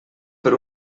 per